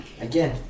Again